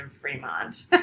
Fremont